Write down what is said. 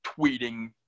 tweeting